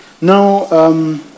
Now